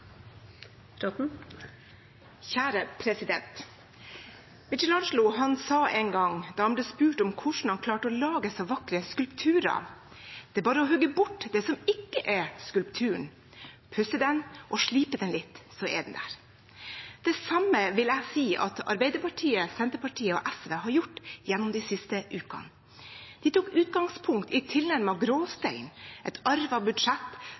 sa en gang, da han ble spurt om hvordan han klarte å lage så vakre skulpturer, at det er bare å hugge bort det som ikke er skulpturen – puss og slip den litt, så er den der. Det samme vil jeg si at Arbeiderpartiet, Senterpartiet og SV har gjort de siste ukene. De tok utgangspunkt i tilnærmet gråstein, et arvet budsjett